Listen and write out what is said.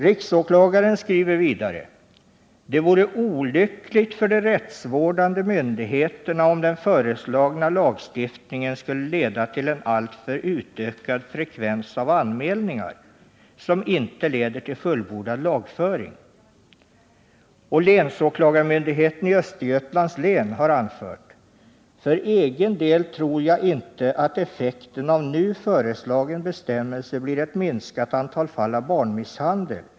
Riksåklagaren skriver vidare: ”Det vore olyckligt för de rättsvårdande myndigheterna om den föreslagna lagstiftningen skulle leda till en alltför utökad frekvens av anmälningar som inte leder till fullbordad lagföring.” Länsåklagarmyndigheten i Östergötlands län har anfört: ”För egen del tror jag inte att effekten av nu föreslagen bestämmelse blir ett minskat antal fall av barnmisshandel ——-.